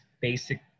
basic